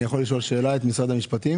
אני מבקש לשאול את משרד המשפטים